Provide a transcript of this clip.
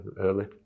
early